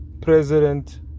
President